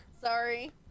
Sorry